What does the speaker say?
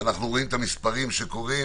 אנו רואים את המספרים שקורים.